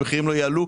שמחירים לא יעלו,